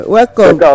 Welcome